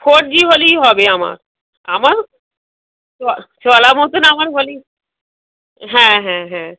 four G হলেই হবে আমার আমার চলা চলার মতন আমার হলেই হ্যাঁ হ্যাঁ হ্যাঁ